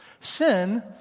Sin